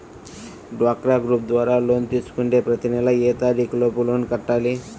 డ్వాక్రా గ్రూప్ ద్వారా లోన్ తీసుకుంటే ప్రతి నెల ఏ తారీకు లోపు లోన్ కట్టాలి?